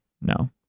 no